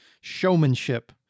showmanship